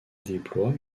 déploie